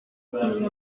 kumenya